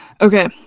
Okay